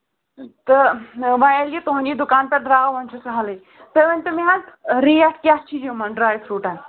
تہٕ وۄنۍ ییٚلہِ یہِ تُہُنٛد یہِ دُکان پٮ۪ٹھ درٛاو وۄنۍ چھُ سَہلٕے تُہۍ ؤنۍتو مےٚ حظ ریٹ کیٛاہ چھِ یِمن ڈرٛاے فرٛوٗٹَن